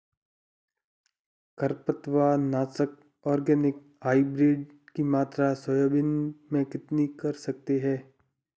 खरपतवार नाशक organic hybrid की मात्रा सोयाबीन में कितनी कर सकते हैं?